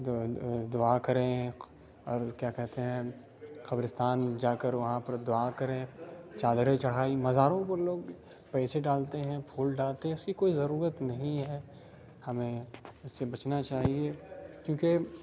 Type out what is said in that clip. دعا کریں اور کیا کہتے ہیں قبرستان جا کر وہاں پر دعا کریں چادریں چڑھائی مزاروں کو لوگ پیسے ڈالتے ہیں پھول ڈالتے ہیں اس کی کوئی ضرورت نہیں ہے ہمیں اس سے بچنا چاہیے کیونکہ